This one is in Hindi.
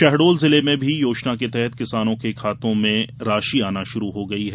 शहडोल जिले में भी योजना के तहत किसानो के खातों में राशि आना शुरु हो गई है